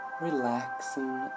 relaxing